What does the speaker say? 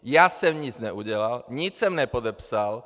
Já jsem nic neudělal, nic jsem nepodepsal.